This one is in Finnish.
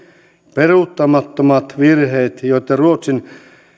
peruuttamattomat virheet joita ruotsin